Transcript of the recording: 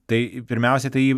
tai pirmiausia tai